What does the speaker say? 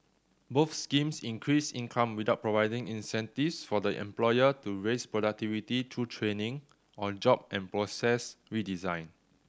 both schemes increased income without providing incentives for the employer to raise productivity through training or job and process redesign